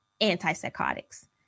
antipsychotics